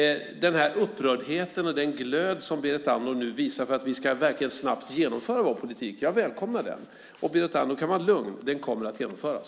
Den här upprördheten och den glöd som Berit Andnor nu visar för att vi verkligen snabbt ska genomföra vår politik välkomnar jag. Berit Andnor kan vara lugn: Den kommer att genomföras.